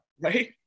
Right